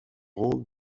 rang